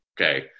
okay